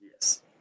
Yes